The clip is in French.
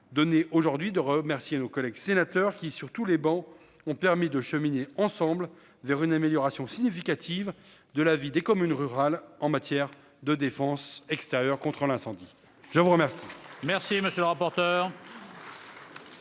donnée aujourd'hui de remercier nos collègues sénateurs qui, sur tous les bancs ont permis de cheminer ensemble vers une amélioration significative de la vie des communes rurales en matière de défense extérieure contrôle incendie, je vous remercie.